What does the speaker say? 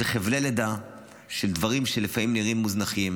זה חבלי לידה של דברים שלפעמים נראים מוזנחים.